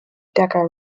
decca